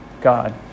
God